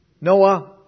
Noah